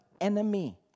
enemy